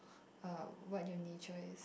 what your nature is